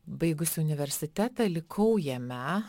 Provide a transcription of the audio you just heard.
baigusi universitetą likau jame